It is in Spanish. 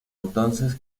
entonces